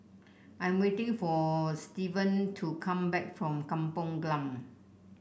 I'm waiting for Stevan to come back from Kampung Glam